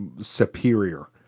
superior